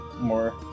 more